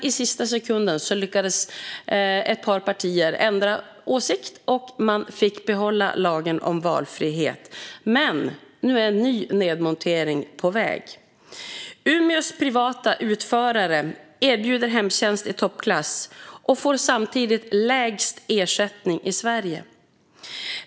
I sista sekunden lyckades ett par partier ändra åsikt, och man fick behålla lagen om valfrihet. Nu är dock en ny nedmontering på väg. Umeås privata utförare erbjuder hemtjänst i toppklass och får samtidigt lägst ersättning i Sverige.